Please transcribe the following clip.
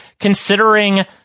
considering